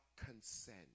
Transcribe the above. consent